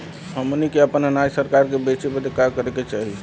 हमनी के आपन अनाज सरकार के बेचे बदे का करे के चाही?